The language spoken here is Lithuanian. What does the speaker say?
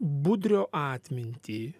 budrio atmintį